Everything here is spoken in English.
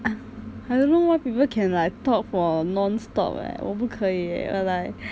I I don't know why people can like talk for non-stop eh 我不可以 eh I like